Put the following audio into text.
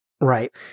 Right